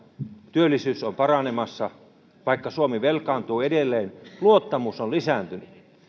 työllisyys on paranemassa vaikka suomi velkaantuu edelleen luottamus on lisääntynyt